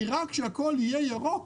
רק כשהכול יהיה ירוק,